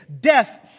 death